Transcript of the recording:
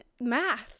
math